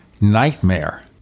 nightmare